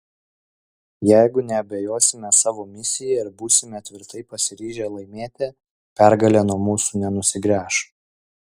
jeigu neabejosime savo misija ir būsime tvirtai pasiryžę laimėti pergalė nuo mūsų nenusigręš